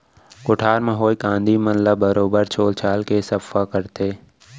कोठार म होए कांदी मन ल बरोबर छोल छाल के सफ्फा करथे